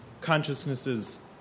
consciousnesses